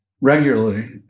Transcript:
regularly